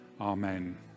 amen